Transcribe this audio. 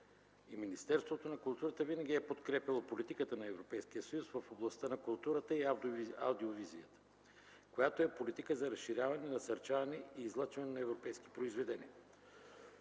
Министерството на културата винаги е подкрепяло политиката на Европейския съюз в областта на културата и аудиовизията, която е политика за разширяване и насърчаване излъчването на европейски произведения.